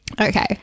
okay